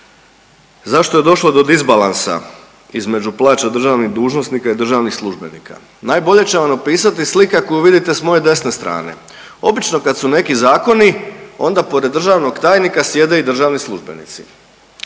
zašto je došlo do disbalansa između plaća državnih dužnosnika i državnih službenika? Najbolje će vam opisati slika koju vidite s moje desne strane. Obično kad su neki zakoni onda pored državnog tajnika sjede i državni službenici